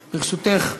ברשותך,